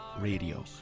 Radio